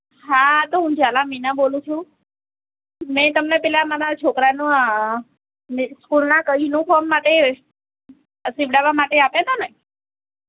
હા તો હું ઝાલા મીના બોલું છું મેં તમને મારા પેલા છોકરાના સ્કૂલના યૂનિફોર્મ માટે સિવડાવવા માટે આપ્યાં તાને